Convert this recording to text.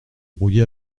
brouillé